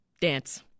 dance